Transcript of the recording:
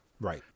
Right